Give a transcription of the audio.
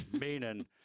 Meaning